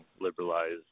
liberalized –